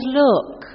look